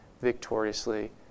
victoriously